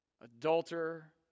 adulterer